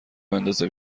بندازه